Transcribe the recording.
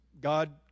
God